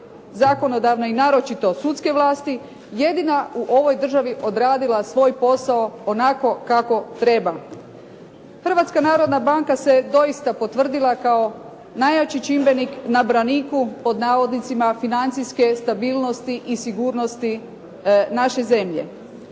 zakonodavne i naročito sudske vlasti jedina u ovoj državi odradila svoj posao onako kako treba. Hrvatska narodna banka se doista potvrdila kao najjači čimbenik na braniku, pod navodnicima financijske stabilnosti i sigurnosti naše zemlje.